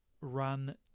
run